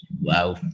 Wow